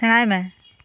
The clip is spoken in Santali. ᱥᱮᱬᱟᱭ ᱢᱮ